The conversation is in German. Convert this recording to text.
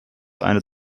eine